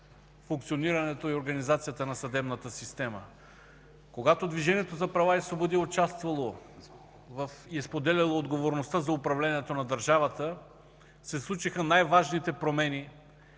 функционирането и организацията на съдебната система. Когато Движението за права и свободи е участвало и споделяло отговорността за управлението на държавата, се случиха най-важните промени,